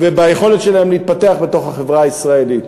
וביכולת שלהם להתפתח בתוך החברה הישראלית.